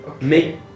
make